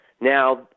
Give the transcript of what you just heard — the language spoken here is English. Now